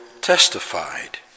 testified